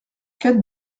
quatre